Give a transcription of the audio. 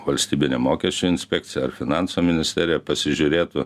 valstybinė mokesčių inspekcija ar finansų ministerija pasižiūrėtų